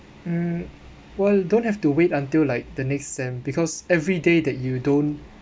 mm while don't have to wait until like the next sem because every day that you don't